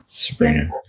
Sabrina